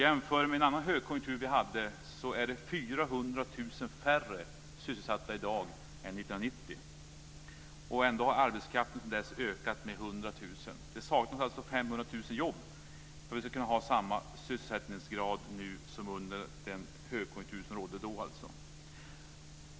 Jämfört med en annan högkonjunktur som vi har haft är det 400 000 färre sysselsatta i dag än 1990. Ändå har arbetskraften sedan dess ökat med 100 000 personer. Det saknas alltså 500 000 jobb för att vi ska kunna ha samma sysselsättningsgrad nu som under den högkonjunktur som rådde då.